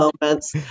moments